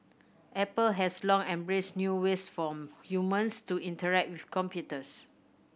apple has long embraced new ways for humans to interact with computers